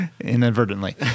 Inadvertently